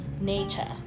nature